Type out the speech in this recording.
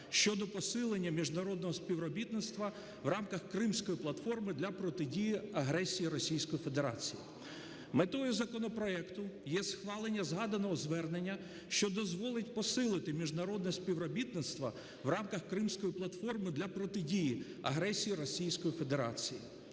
щодо посилення міжнародного співробітництва в рамках Кримської платформи для протидії агресії Російської Федерації. Метою законопроекту є схвалення згаданого звернення, що дозволить посилити міжнародне співробітництво в рамках Кримської платформи для протидії агресії Російської Федерації.